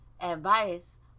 advice